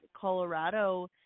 Colorado